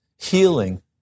healing